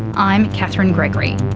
i'm katherine gregory.